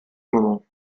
moment